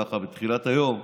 ככה בתחילת היום,